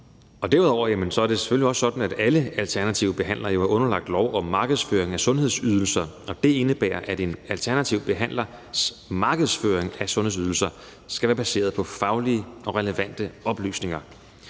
Derudover er det selvfølgelig også sådan, at alle alternative behandlere jo er underlagt regler om markedsføring af sundhedsydelser, og det indebærer, at en alternativ behandlers markedsføring af sundhedsydelser skal være baseret på faglige og relevante oplysninger.